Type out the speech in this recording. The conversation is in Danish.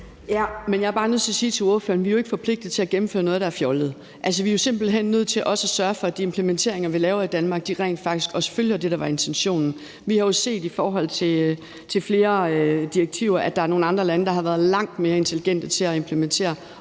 Ja, men jeg er bare nødt til at sige til ordføreren, at vi jo ikke er forpligtet til at gennemføre noget, der er fjollet. Altså, vi er jo simpelt hen også nødt til at sørge for, at de implementeringer, vi laver i Danmark, rent faktisk også følger det, der var intentionen. Vi har jo set i forhold til flere direktiver, at der er nogle andre lande, der har været langt mere intelligente til at implementere,